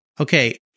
okay